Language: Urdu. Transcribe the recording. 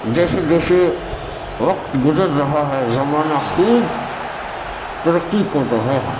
جیسے جیسے وقت گزر رہا ہے زمانہ خوب ترقی کر رہا ہے